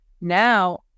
now